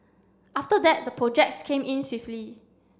after that the projects came in swiftly